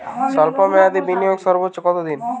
স্বল্প মেয়াদি বিনিয়োগ সর্বোচ্চ কত দিন?